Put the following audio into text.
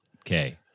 Okay